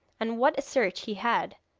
and what a search he had